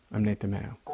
i'm nate dimeo.